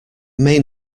may